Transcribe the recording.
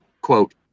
quote